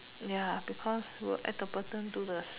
ya because will add the person to the